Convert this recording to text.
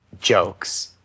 jokes